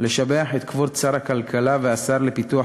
לשבח את כבוד שר הכלכלה והשר לפיתוח